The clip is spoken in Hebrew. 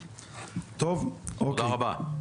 טוב, תודה רבה.